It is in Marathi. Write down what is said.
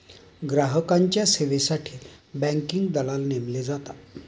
ग्राहकांच्या सेवेसाठी बँकिंग दलाल नेमले जातात